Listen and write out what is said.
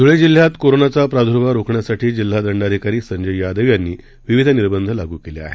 ध्वळे जिल्ह्यात कोरोनाचा प्रादुर्भाव रोखण्यासाठी जिल्हादंडाधिकारी संजय यादव यांनी विविध निर्बंध लागू केले आहेत